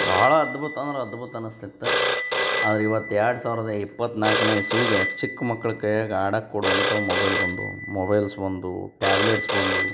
ಬಹಳ ಅದ್ಭುತ ಅಂದ್ರೆ ಅದ್ಭುತ ಅನಸ್ತಿತ್ತು ಆದ್ರೆ ಇವತ್ತು ಎರಡು ಸಾವಿರದ ಇಪ್ಪತ್ತ್ನಾಲ್ಕನೆ ಇಸವಿಗೆ ಚಿಕ್ಕ ಮಕ್ಳ ಕೈಯಾಗ ಆಡಕ್ಕೆ ಕೊಡುವಂಥವು ಮೊಬೈಲ್ ಬಂದವು ಮೊಬೈಲ್ಸ್ ಬಂದವು ಟ್ಯಾಬ್ಲೆಟ್ಸ್ ಬಂದವು